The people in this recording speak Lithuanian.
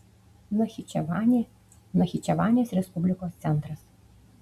nachičevanė nachičevanės respublikos centras